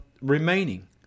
remaining